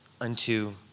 unto